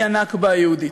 היא הנכבה היהודית.